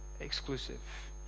exclusive